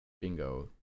bingo